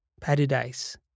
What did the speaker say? paradise